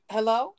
Hello